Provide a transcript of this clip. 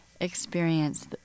experience